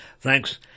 Thanks